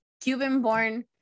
Cuban-born